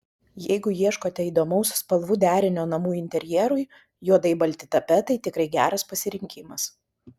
jeigu ieškote įdomaus spalvų derinio namų interjerui juodai balti tapetai tikrai geras pasirinkimas